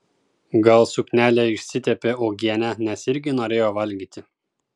gal suknelė išsitepė uogiene nes irgi norėjo valgyti